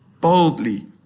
boldly